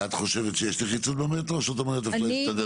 ואת חושבת שיש נחיצות במטרו או שאת אומרת שאפשר להסתדר בלי זה?